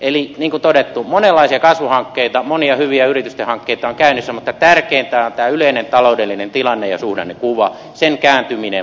eli niin kuin todettu monenlaisia kasvuhankkeita monia hyviä yritysten hankkeita on käynnissä mutta tärkeintä on tämä yleinen taloudellinen tilanne ja suhdannekuva sen kääntyminen valoisammaksi